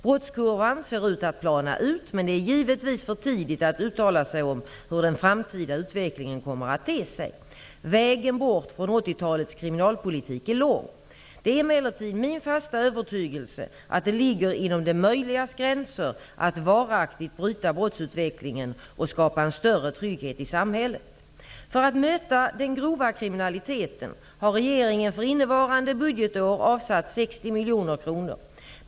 Brottskurvan ser ut att plana ut, men det är givetvis för tidigt att uttala sig om hur den framtida utvecklingen kommer att te sig. Vägen bort från 1980-talets kriminalpolitik är lång. Det är emellertid min fasta övertygelse att det ligger inom det möjligas gränser att varaktigt bryta brottsutvecklingen och skapa en större trygghet i samhället. För att möta den grova kriminaliteten har regeringen för innevarande budgetår avsatt 60 miljoner kronor.